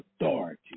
authority